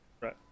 right